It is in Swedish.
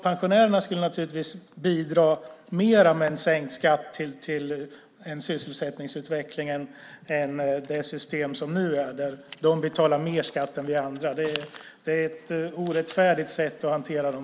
Pensionärerna skulle naturligtvis bidra mer till sysselsättningsutvecklingen med sänkt skatt än med det system som nu är, där de betalar mer skatt än vi andra. Det är ett orättfärdigt sätt att hantera dem.